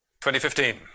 2015